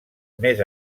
més